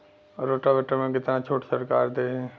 Rotavator में कितना छूट सरकार देही?